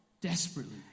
desperately